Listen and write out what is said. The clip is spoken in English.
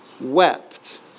wept